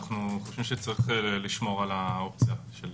אנחנו חושבים שצריך לשמור על האופציה של